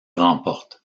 remporte